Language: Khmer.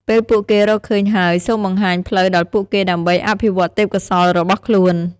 ពេលពួកគេរកឃើញហើយ សូមបង្ហាញផ្លូវដល់ពួកគេដើម្បីអភិវឌ្ឍទេពកោសល្យរបស់ខ្លួន។